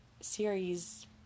series